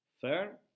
fair